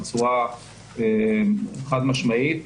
בצורה חד-משמעית,